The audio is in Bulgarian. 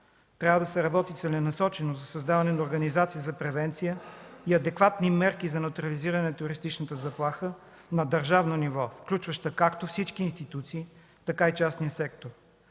Трябва да се работи целенасочено за създаване на организация за превенция и адекватни мерки за неутрализиране на терористичната заплаха на държавно ниво, включваща както всички институции, така и частния сектор.